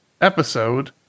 episode